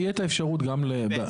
תהיה את האפשרות גם --- בעצם,